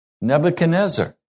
Nebuchadnezzar